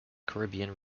caribbean